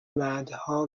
بعدها